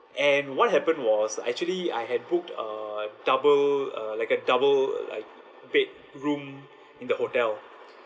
and what happened was actually I had booked a double uh like a double like bedroom in the hotel